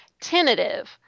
tentative